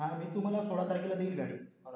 हां मी तुम्हाला सोळा तारखेला देईल गाडी परत